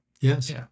Yes